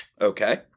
Okay